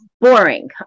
boring